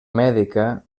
mèdica